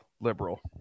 liberal